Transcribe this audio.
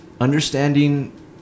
understanding